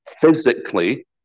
physically